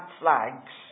flags